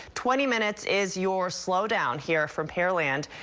twenty minutes is your slowdown here from pearland.